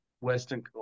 Western